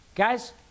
Guys